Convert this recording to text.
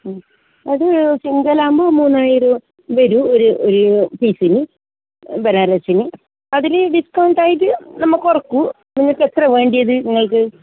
അത് സിംഗിൾ ആകുമ്പോൾ മൂന്നായിരം വരും ഒരു ഒരു പീസിന് ബനാറസിന് അതിൽ ഡിസ്കൗണ്ടായിട്ട് നമ്മൾ കുറക്കും നിങ്ങൾക്ക് എത്ര വേണ്ടത് നിങ്ങൾക്ക്